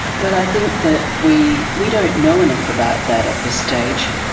well, i think that we we don't know enough about that at this stage.